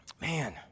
Man